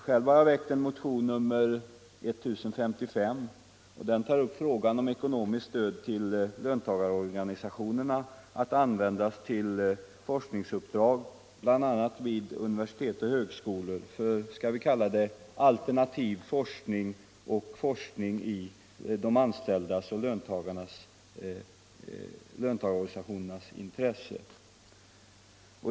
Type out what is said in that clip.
Själv har jag väckt motionen 1055. Den tar upp frågan om ekonomiskt stöd till löntagarorganisationerna att användas till alternativa forskningsuppdrag bl.a. vid universitet och högskolor; forskning i de anställdas och löntagarorganisationernas intresse.